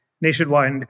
nationwide